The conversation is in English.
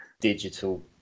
digital